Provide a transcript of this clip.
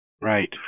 Right